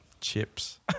chips